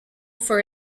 for